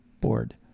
board